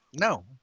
No